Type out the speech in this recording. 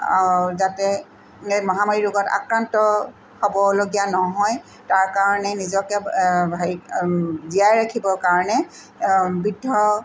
যাতে এই মহামাৰী ৰোগত আক্ৰান্ত হ'বলগীয়া নহয় তাৰকাৰণে নিজকে হেৰি জীয়াই ৰাখিবৰ কাৰণে বৃদ্ধ